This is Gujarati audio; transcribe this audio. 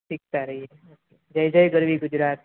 શીખતા રહીએ જય જય ગરવી ગુજરાત